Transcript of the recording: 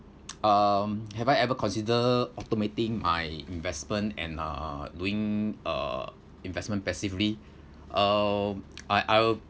um have I ever consider automating my investment and uh doing uh investment passively um I I'll